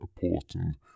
important